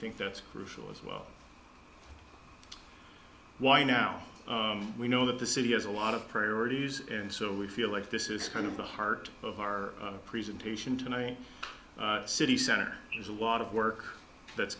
think that's crucial as well why now we know that the city has a lot of priorities and so we feel like this is kind of the heart of our presentation tonight city center there's a lot of work that's